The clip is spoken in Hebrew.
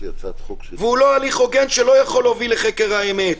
ולא יכול להוביל לחקר האמת.